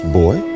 boy